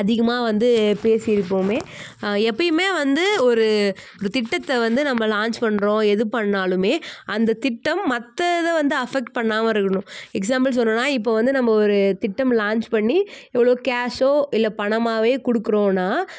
அதிகமாக வந்து பேசியிருப்போமே எப்போயுமே வந்து ஒரு ஒரு திட்டத்தை வந்து நம்ம லான்ச் பண்ணுறோம் எது பண்ணிணாலுமே அந்த திட்டம் மற்ற இதை வந்து அஃபெக்ட் பண்ணாமல் இருக்கணும் எக்ஸாம்பிள் சொல்லணும்னா இப்போ வந்து நம்ம ஒரு திட்டம் லான்ச் பண்ணி இவ்வளோ கேஷோக இல்லை பணமாகவே கொடுக்குறோன்னா